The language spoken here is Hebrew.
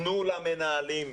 תנו למנהלים,